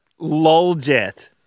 Loljet